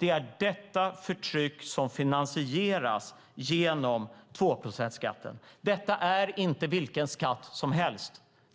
Det är detta förtryck som finansieras genom tvåprocentsskatten. Detta är inte vilken skatt som helst.